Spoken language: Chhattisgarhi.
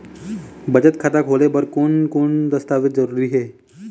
बचत खाता खोले बर कोन कोन दस्तावेज जरूरी हे?